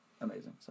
amazing